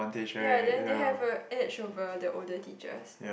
ya then they have a edge over the older teachers